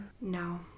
No